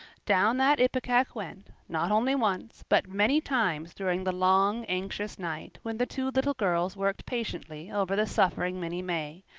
down that ipecac went, not only once, but many times during the long, anxious night when the two little girls worked patiently over the suffering minnie may,